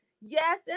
Yes